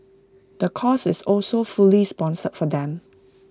the course is also fully sponsored for them